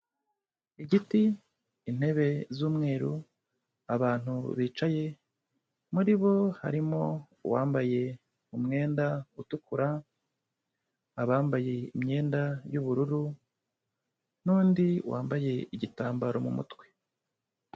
Igiti, intebe z'umweru, abantu bicaye, muri bo harimo uwambaye umwenda utukura, abambaye imyenda y'ubururu n'undi wambaye igitambaro mu mutwe.